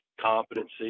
competency